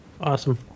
Awesome